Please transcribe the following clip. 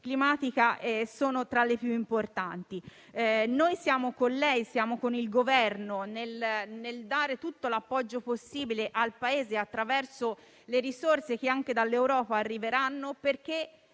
climatica sono tra le più importanti. Noi siamo con lei, siamo con il Governo nel dare tutto l'appoggio possibile al Paese attraverso le risorse che anche dall'Europa arriveranno, perché